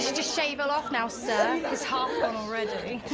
just shave it off now, sir. it's half-gone already.